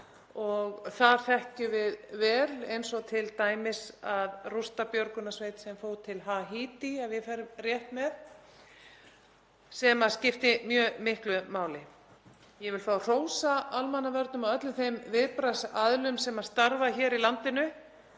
og það þekkjum við vel eins og t.d. að rústabjörgunarsveit sem fór til Haítí, ef ég fer rétt með, sem skipti mjög miklu máli. Ég vil fá að hrósa almannavörnum og öllum þeim viðbragðsaðilum sem starfa hér í landinu